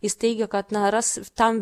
jis teigė kad na ras tam